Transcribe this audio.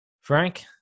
frank